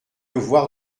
voir